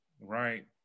Right